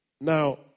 Now